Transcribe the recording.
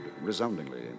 resoundingly